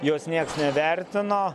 jos nieks nevertino